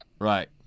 right